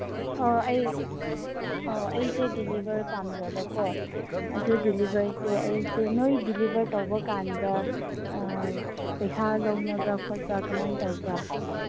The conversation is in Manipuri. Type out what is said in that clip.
ꯍꯣ ꯑꯩ ꯑꯣ ꯑꯩꯁꯦ ꯗꯤꯂꯤꯚꯔ ꯄꯥꯝꯖꯕꯀꯣ ꯑꯗꯨ ꯗꯤꯂꯤꯚꯔꯁꯦ ꯑꯩꯁꯦ ꯅꯣꯏ ꯗꯤꯂꯤꯚꯔ ꯇꯧꯕꯀꯥꯟꯗ ꯄꯩꯁꯥ ꯂꯧꯅꯕ꯭ꯔꯥ ꯈꯣꯠꯄ ꯀꯃꯥꯏꯅ ꯇꯧꯕ꯭ꯔꯥ